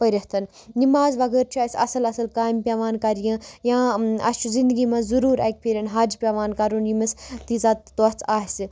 پٔرِتھ نِماز بغٲر چھُ اَسہِ اَصٕل اَصٕل کامہِ پٮ۪وان کَرنہِ یا اَسہِ چھُ زندگی منٛز ضٔروٗر اَکہِ پھِرِ حج پٮ۪وان کَرُن ییٚمِس تیٖژاہ تۄژھ آسہِ